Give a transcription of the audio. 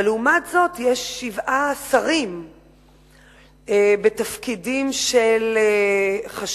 אבל לעומת זאת יש שבעה שרים בתפקידים חשאיים,